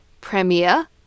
Premier